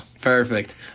perfect